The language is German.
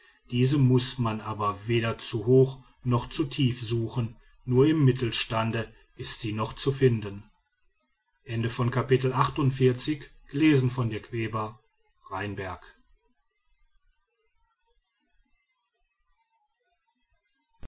diese muß man aber weder zu hoch noch zu tief suchen nur im mittelstande ist sie noch zu finden